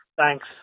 Thanks